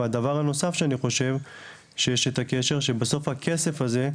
והדבר הנוסף שאני חושב שיש את הקשר - שבסוף הכסף הזה,